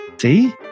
See